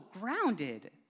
grounded